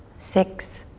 six,